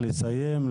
לסיים,